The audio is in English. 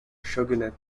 shogunate